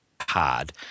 hard